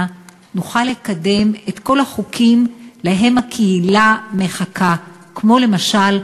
נוכל לקדם את כל החוקים שהקהילה מחכה לכם,